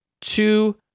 two